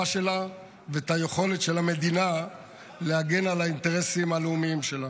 שלה ואת היכולת של המדינה להגן על האינטרסים הלאומיים שלה.